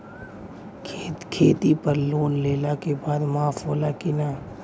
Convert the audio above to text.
खेती पर लोन लेला के बाद माफ़ होला की ना?